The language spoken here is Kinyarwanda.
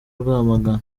rwamagana